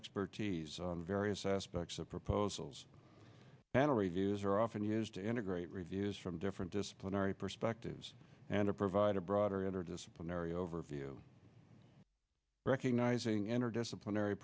expertise various aspects of proposals panel reviews are often used to integrate reviews from different disciplinary perspectives and or provide a broader interdisciplinary overview recognizing interdisciplinary